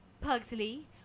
Pugsley